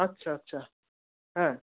আচ্ছা আচ্ছা হ্যাঁ